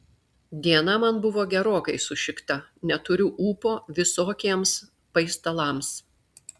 diena man buvo gerokai sušikta neturiu ūpo visokiems paistalams